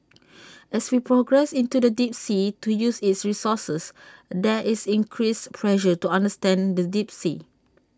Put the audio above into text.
as we progress into the deep sea to use its resources there is increased pressure to understand the deep sea